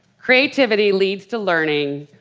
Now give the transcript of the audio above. creativity leads to learning.